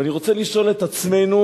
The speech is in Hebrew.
ואני רוצה לשאול את עצמנו: